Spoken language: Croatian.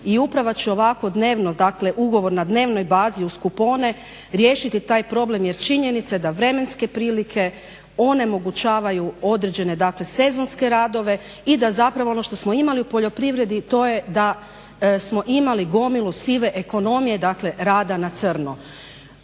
i upravo će ovako dnevno, dakle ugovor na dnevnoj bazi uz kupone riješiti taj problem jer činjenica je da vremenske prilike onemogućavaju određene, dakle sezonske radove i da zapravo ono što smo imali u poljoprivredi, to je da smo imali gomilu sive ekonomije, dakle rada na crno.